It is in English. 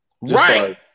right